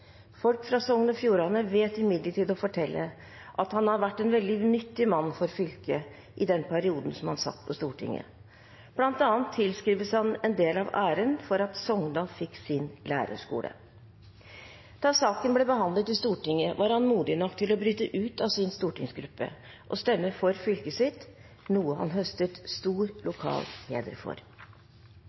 Folk fra Sogn og Fjordane vet imidlertid å fortelle at han har vært en nyttig mann for fylket i den perioden han satt på Stortinget. Blant annet tilskrives han en del av æren for at Sogndal fikk sin lærerskole.» Da saken ble behandlet i Stortinget, var han modig nok til å bryte ut av sin stortingsgruppe og stemme for fylket sitt, noe han høstet stor lokal heder for.